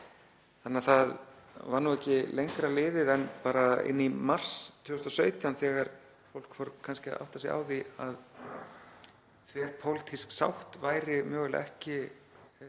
á 2016. Það var ekki lengra liðið en fram í mars 2017 þegar fólk fór kannski að átta sig á því að þverpólitísk sátt væri mögulega ekki